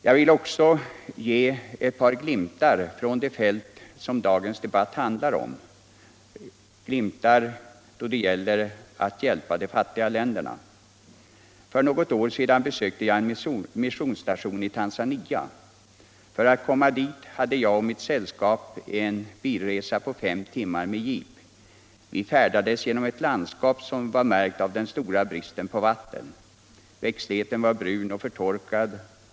Jag vill också ge ett par glimtar från det filt som dagens debatt handlar om, nämligen våra insatser för att hjälpa de fattiga länderna. För något år sedan besökte jag en missionsstation i Tanzania. För att komma dit hade jag och mitt sällskap gjort en bilresa på fem timmar med jeep. Vi färdades genom ett landskap, som var märkt av den stora bristen på vauen. Växtligheten var brun och förtorkad.